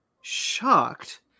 shocked